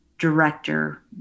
director